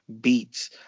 beats